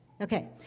Okay